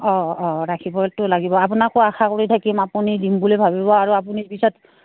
অঁ অঁ ৰাখিবতো লাগিব আপোনাকো আশা কৰি থাকিম আপুনি দিম বুলি ভাবিব আৰু আপুনি পিছত